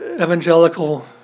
evangelical